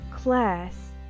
class